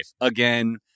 Again